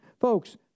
folks